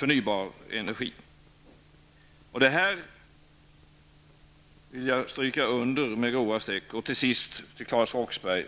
Detta vill jag stryka under med grova streck.